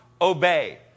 Obey